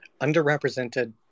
underrepresented